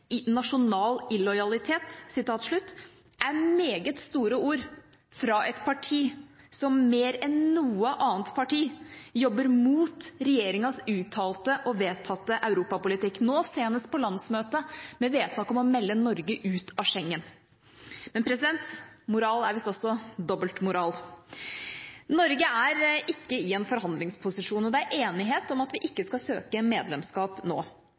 parti som mer enn noe annet parti jobber mot regjeringas uttalte og vedtatte europapolitikk – nå senest på landsmøtet, med vedtak om å melde Norge ut av Schengen. Men moral er visst også dobbeltmoral. Norge er ikke i en forhandlingsposisjon, og det er enighet om at vi ikke skal søke medlemskap nå.